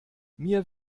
mir